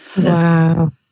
Wow